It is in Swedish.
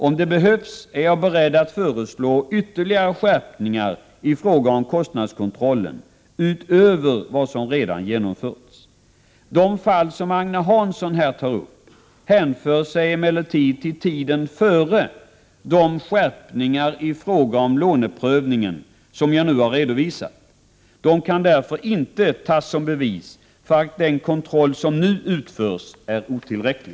Om det behövs, är jag beredd att föreslå ytterligare skärpningar i fråga om kostnadskontrollen, utöver vad som redan genomförts. De fall som Agne Hansson här tar upp hänför sig emellertid till tiden före de skärpningar i fråga om låneprövningen som jag nu har redovisat. De kan därför inte tas som bevis för att den kontroll som nu utförs är otillräcklig.